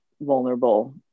vulnerable